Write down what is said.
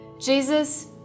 Jesus